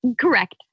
Correct